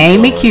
Amy